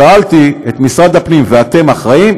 שאלתי את משרד הפנים: ואתם אחראים?